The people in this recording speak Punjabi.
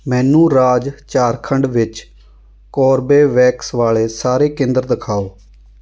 ਮੈਨੂੰ ਰਾਜ ਝਾਰਖੰਡ ਵਿੱਚ ਕੋਰਬੇਵੈਕਸ ਵਾਲੇ ਸਾਰੇ ਕੇਂਦਰ ਦਿਖਾਓ